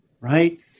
right